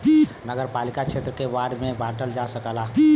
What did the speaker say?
नगरपालिका क्षेत्र के वार्ड में बांटल जा सकला